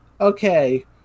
okay